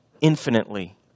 infinitely